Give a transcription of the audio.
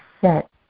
set